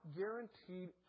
guaranteed